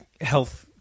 health